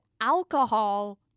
alcohol